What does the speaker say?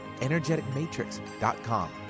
energeticmatrix.com